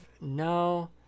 no